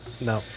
no